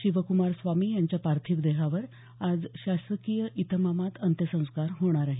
शिवक्मार स्वामी यांच्या पार्थिव देहावर आज शासकीय इतमामात अंत्यसंस्कार होणार आहेत